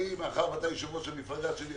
מאחר שאתה יושב-ראש המפלגה שלי,